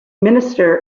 minister